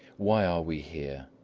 why are we here?